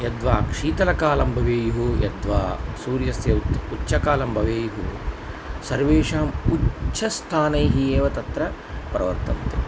यद्वा शीतलकालः भवेत् यद्वा सूर्यस्य उच्चं उच्चकालः भवेत् सर्वेषाम् उच्चस्थानैः एव तत्र प्रवर्तन्ते